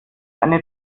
eine